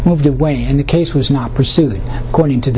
moved away and the case was not pursued according to the